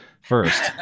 first